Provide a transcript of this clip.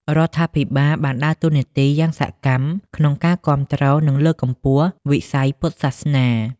រដ្ឋាភិបាលបានដើរតួនាទីយ៉ាងសកម្មក្នុងការគាំទ្រ និងលើកកម្ពស់វិស័យពុទ្ធសាសនា។